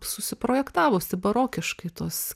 susiprojektavusi barokiškai tuos